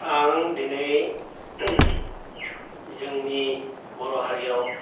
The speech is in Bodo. आं दिनै जोंनि बर' हारियाव